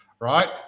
right